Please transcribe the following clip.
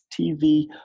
TV